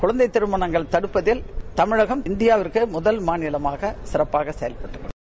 குழந்தை திருமணங்களை தடுப்பதில் தமிழகம் இந்தியாவிலேயே முதன் மாநிலமாக சிறப்பாக செயல்படுகிறது